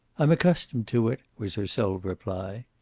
i'm accustomed to it, was her sole reply.